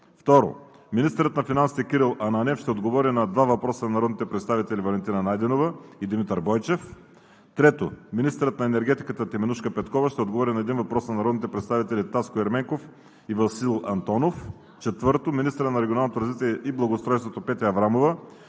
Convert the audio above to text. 2. Министърът на финансите Кирил Ананиев ще отговори на два въпроса от народните представители Валентина Найденова; и Димитър Бойчев. 3. Министърът на енергетиката Теменужка Петкова ще отговори на един въпрос от народните представители Таско Ерменков и Васил Антонов. 4. Министърът на регионалното развитие и благоустройството Петя Аврамова